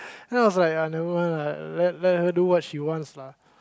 then I was like never mind lah let her do what she wants lah